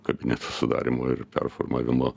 kabineto sudarymo ir performavimo